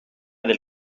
del